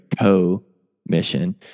co-mission